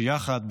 שיחד,